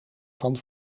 van